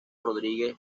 rodríguez